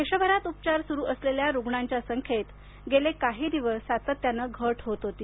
देशभरात उपचार सुरू असलेल्या रुग्णांच्या संख्येत गेले काही दिवस सातत्यानं घट होत होती